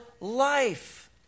life